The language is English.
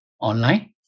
Online